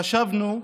חשבנו,